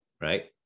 right